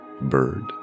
bird